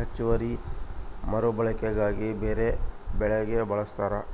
ಹೆಚ್ಚುವರಿ ಮರುಬಳಕೆಗಾಗಿ ಬೇರೆಬೆಳೆಗೆ ಬಳಸ್ತಾರ